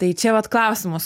tai čia vat klausimas